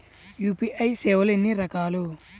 UPI సేవలు ఎన్నిరకాలు?